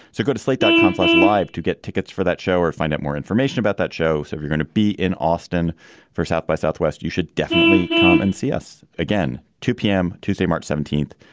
so go to slate dot com complex live to get tickets for that show or find out more information about that show. so if you're gonna be in austin for south by southwest, you should definitely come and see us again. two p m. tuesday, march seventeenth.